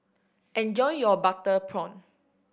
enjoy your butter prawn